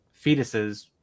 fetuses